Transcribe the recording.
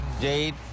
Jade